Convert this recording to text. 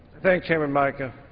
thank chairman mica,